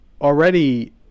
already